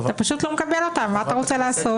אתה פשוט לא מקבל אותם, מה אתה רוצה לעשות?